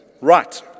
Right